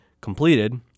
completed